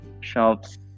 shops